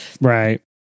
Right